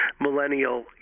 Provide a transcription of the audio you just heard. millennial